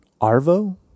arvo